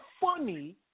funny